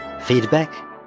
feedback